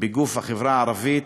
בגוף החברה הערבית,